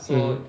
mm